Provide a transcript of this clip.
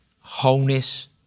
wholeness